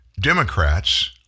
Democrats